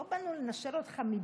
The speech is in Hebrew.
לא באנו לנשל אותך מביתך,